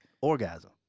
orgasm